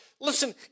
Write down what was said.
Listen